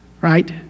right